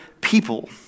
people